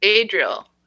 Adriel